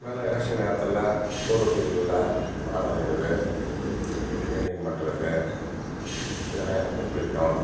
மேல எலெக்ஷன் நேரத்தில் சுவரொட்டிகளில் படம் வரையிறது பெயிண்டிங் பண்ணுறது இதெல்லாம் எனக்கு பிடிக்கும்